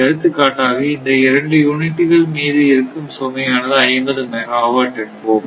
எடுத்துக்காட்டாக இந்த 2 யூனிட்டுகள் மீது இருக்கும் சுமையானது 50 மெகாவாட் என்போம்